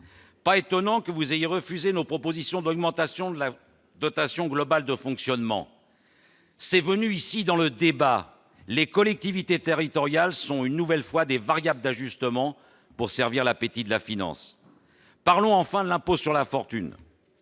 d'étonnant à ce que vous ayez refusé nos propositions d'augmentation de la dotation globale de fonctionnement. Nous en avons débattu ici : les collectivités territoriales sont une nouvelle fois des variables d'ajustement pour servir l'appétit de la finance. Parlons enfin de l'impôt de